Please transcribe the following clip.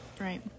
Right